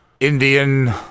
Indian